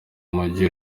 mugi